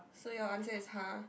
so your answer is !huh!